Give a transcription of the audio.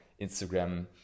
Instagram